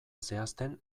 zehazten